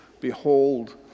Behold